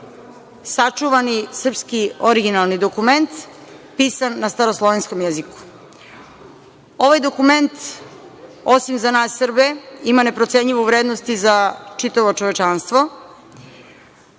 sačuvani srpski originalni dokument pisan na staroslovenskom jeziku. Ovaj dokument osim za nas Srbe ima neprocenjivu vrednost i za čitavo čovečanstvo